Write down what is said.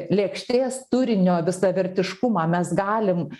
lėkštės turinio visavertiškumą mes galim